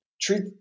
Treat